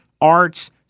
arts